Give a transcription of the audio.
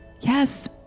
Yes